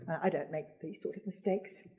i don't make these sort of mistakes.